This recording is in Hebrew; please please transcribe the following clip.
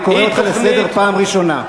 אני קורא אותך לסדר פעם ראשונה.